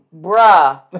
Bruh